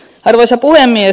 arvoisa puhemies